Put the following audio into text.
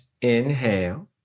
Inhale